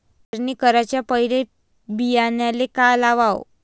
पेरणी कराच्या पयले बियान्याले का लावाव?